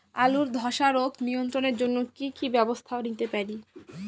আলুর ধ্বসা রোগ নিয়ন্ত্রণের জন্য কি কি ব্যবস্থা নিতে পারি?